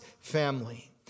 family